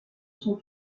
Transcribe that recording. son